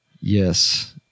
Yes